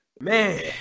man